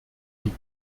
die